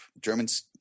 Germans